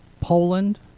Poland